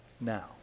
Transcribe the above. now